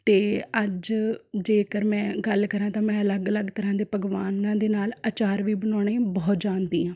ਅਤੇ ਅੱਜ ਜੇਕਰ ਮੈਂ ਗੱਲ ਕਰਾਂ ਤਾਂ ਮੈਂ ਅਲੱਗ ਅਲੱਗ ਤਰ੍ਹਾਂ ਦੇ ਪਕਵਾਨਾਂ ਦੇ ਨਾਲ਼ ਆਚਾਰ ਵੀ ਬਣਾਉਣੇ ਬਹੁਤ ਜਾਣਦੀ ਹਾਂ